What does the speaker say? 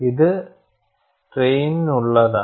ഇത് സ്ട്രെയിൻനുള്ളതാണ്